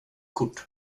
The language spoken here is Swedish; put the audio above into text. kort